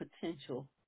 potential